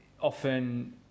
often